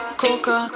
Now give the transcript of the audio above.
coca